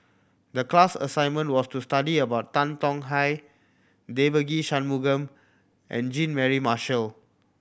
the class assignment was to study about Tan Tong Hye Devagi Sanmugam and Jean Mary Marshall